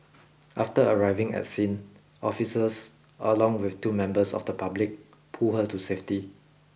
after arriving at scene officers along with two members of the public pulled her to safety